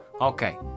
Okay